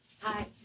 hi